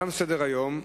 תם סדר-היום.